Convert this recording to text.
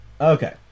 Okay